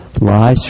Lies